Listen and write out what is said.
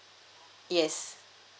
yes